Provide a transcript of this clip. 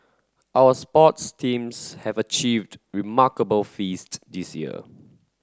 our sports teams have achieved remarkable feast this year